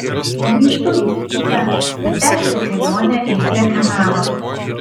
grįžtu į upytę kad tęsčiau kelionę į krekenavą